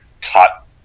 cut